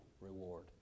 reward